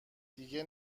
دیگه